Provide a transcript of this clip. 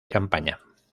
campaña